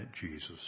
Jesus